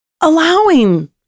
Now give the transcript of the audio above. allowing